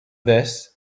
this